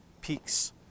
peaks